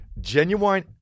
Genuine